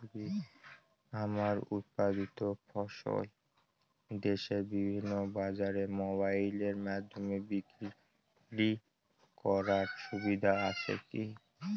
আমার উৎপাদিত ফসল দেশের বিভিন্ন বাজারে মোবাইলের মাধ্যমে বিক্রি করার সুবিধা আছে কি?